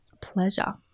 Pleasure